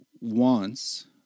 wants